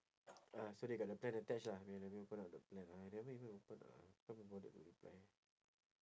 uh so they got the plan attach lah wait let me open up the plan ah I never even open ah can't be bothered to reply